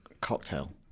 Cocktail